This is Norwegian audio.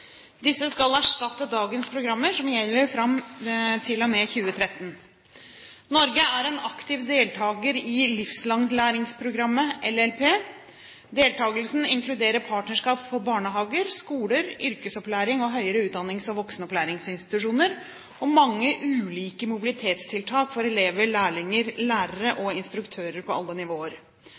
Disse skal erstatte dagens programmer, som gjelder fram til og med 2013. Norge er en aktiv deltaker i programmet for livslang læring – LLP. Deltakelsen inkluderer partnerskap for barnehager, skoler, yrkesopplæring og høyere utdannings- og voksenopplæringsinstitusjoner og mange ulike mobilitetstiltak for elever, lærlinger, lærere og instruktører på alle nivåer.